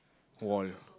wall